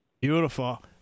Beautiful